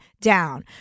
down